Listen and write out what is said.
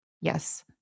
Yes